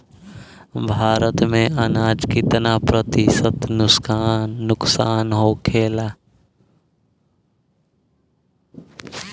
भारत में अनाज कितना प्रतिशत नुकसान होखेला?